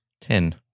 Ten